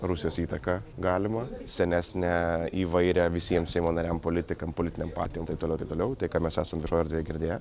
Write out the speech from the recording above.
rusijos įtaką galimą senesnę įvairią visiem seimo nariam politikam politinėm partijom taip toliau ir taip toliau tai ką mes esam viešojoj erdvėj girdėję